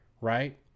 right